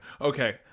Okay